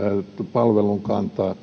palvelun kantaa